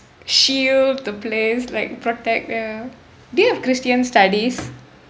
shield the place like protect ya do you have christian studies